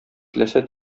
теләсә